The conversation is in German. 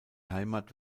heimat